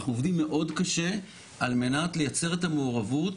אנחנו עובדים מאוד קשה על מנת לייצר את המעורבות